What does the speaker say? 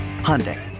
Hyundai